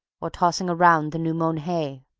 or tossing around the new-mown hay.